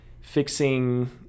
fixing